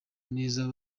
neza